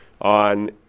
on